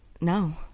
No